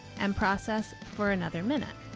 and process for another minute.